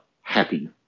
Happy